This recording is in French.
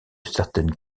certaines